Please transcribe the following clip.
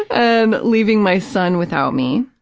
and leaving my son without me.